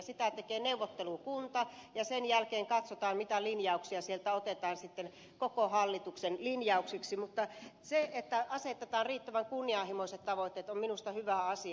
suunnitelmaa tekee neuvottelukunta ja sen jälkeen katsotaan mitä linjauksia sieltä otetaan sitten koko hallituksen linjauksiksi mutta se että asetetaan riittävän kunnianhimoiset tavoitteet on minusta hyvä asia